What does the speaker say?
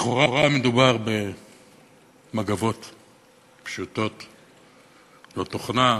לכאורה מדובר במגבות פשוטות, לא תוכנה,